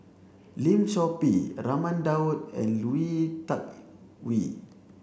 Lim Chor Pee Raman Daud and Lui Tuck Yew